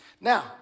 Now